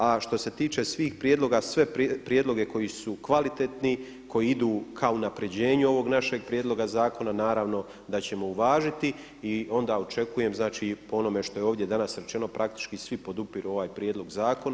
A što se tiče svih prijedloga, sve prijedloge koji su kvalitetni, koji idu ka unapređenju ovog našeg prijedloga zakona naravno da ćemo uvažiti i onda očekujem, znači po onome što je ovdje danas rečeno, praktički svi podupiru ovaj prijedlog zakona.